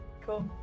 Cool